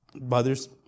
brothers